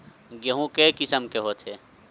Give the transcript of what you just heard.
गेहूं के किसम के होथे?